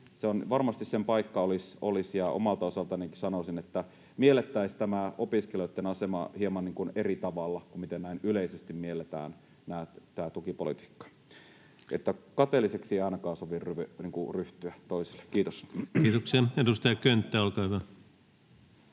Varmasti sen paikka olisi, ja omalta osaltanikin sanoisin, että miellettäisiin tämä opiskelijoitten asema hieman eri tavalla kuin miten näin yleisesti mielletään tämä tukipolitiikka. Että kateelliseksi toisille ei ainakaan sovi ryhtyä. — Kiitos. [Tuomas Kettunen: Hyvä